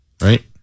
right